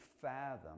fathom